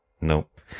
Nope